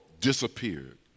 disappeared